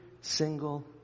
single